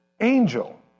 angel